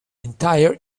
entire